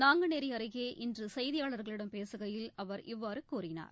நாங்குநேரி அருகே இன்று செய்தியாளர்களிடம் பேசுகையில் அவர் இவ்வாறு கூறினார்